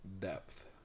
depth